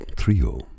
Trio